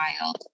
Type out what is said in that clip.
wild